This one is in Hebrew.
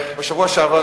בשבוע שעבר,